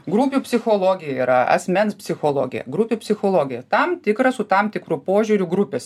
grupių psichologija yra asmens psichologija grupių psichologija tam tikras su tam tikru požiūriu grupėse